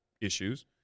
issues